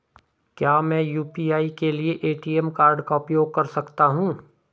क्या मैं यू.पी.आई के लिए ए.टी.एम कार्ड का उपयोग कर सकता हूँ?